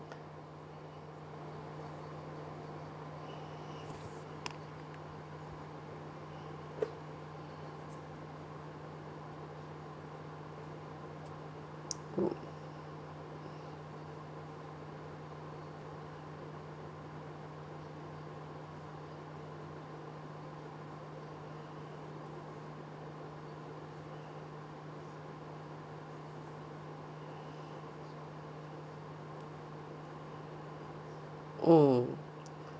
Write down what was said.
mm